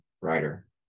writer